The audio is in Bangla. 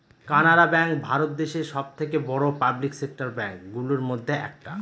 কানাড়া ব্যাঙ্ক ভারত দেশে সব থেকে বড়ো পাবলিক সেক্টর ব্যাঙ্ক গুলোর মধ্যে একটা